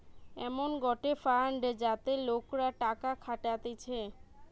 এমন গটে ফান্ড যাতে লোকরা টাকা খাটাতিছে